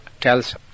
tells